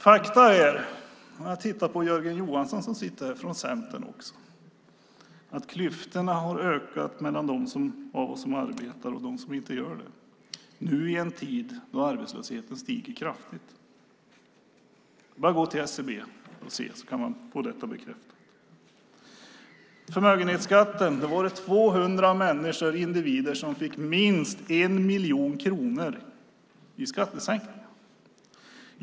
Fakta är - jag tittar på Jörgen Johansson från Centern som också sitter här - att klyftorna har ökat mellan dem av oss som arbetar och dem som inte gör det i en tid då arbetslösheten stiger kraftigt. Hos SCB kan man få detta bekräftat. När det gäller förmögenhetsskatten var det 200 människor som fick minst 1 miljon kronor i skattesänkning.